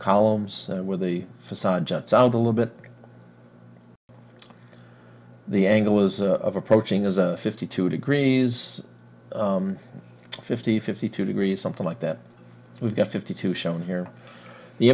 columns where the facade juts out a little bit the angle was approaching as a fifty two degrees fifty fifty two degrees something like that we've got fifty two shown here the